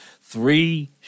Three